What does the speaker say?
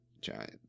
Giant